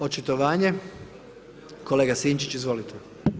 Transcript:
Očitovanje, kolega Sinčić, izvolite.